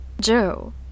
Joe